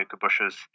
bushes